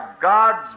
God's